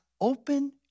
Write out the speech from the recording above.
open